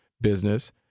business